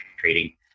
trading